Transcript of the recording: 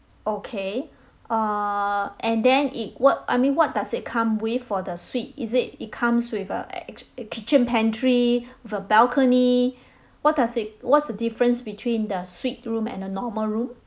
okay err and then it what I mean what does it come with for the suite is it it comes with a ex~ kitchen pantry with a balcony what does it what's the difference between the suite room and a normal room